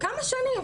כמה שנים,